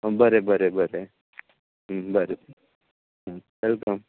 हं बरे बरे बरे हं बरे वॅलकम